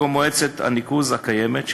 במקום מועצת הניקוז הקיימת,